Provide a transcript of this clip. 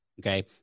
Okay